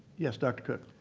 yes, dr. cook.